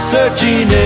Searching